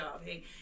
Hey